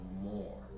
more